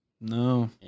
No